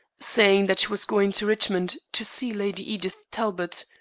saying that she was going to richmond to see lady edith talbot,